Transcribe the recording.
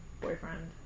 boyfriend